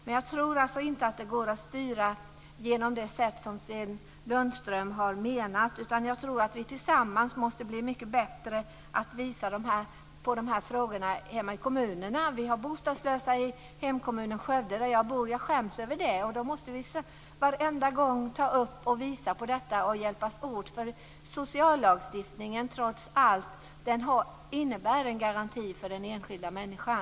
Men jag tror inte att det går att styra på det sätt som Sten Lundström menar, utan jag tror att vi tillsammans måste bli mycket bättre på att visa på dessa frågor hemma i kommunerna. Vi har bostadslösa i Skövde, där jag bor, och det skäms jag över. Därför måste vi alltid ta upp och visa på problemen och hjälpas åt att lösa dem, för sociallagstiftningen innebär trots allt en garanti för den enskilda människan.